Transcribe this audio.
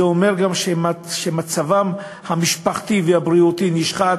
זה אומר גם שמצבם המשפחתי והבריאותי נשחק,